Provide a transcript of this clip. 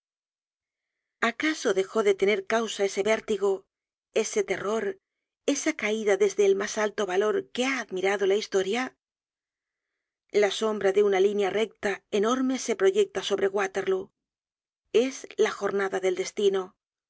at acaso dejó de tener causa ese vértigo ese terror esa caida desde el mas alto valor que ha admirado la historia la sombra de una línea recta enorme se proyecta sobre waterlóo es la jornada del destino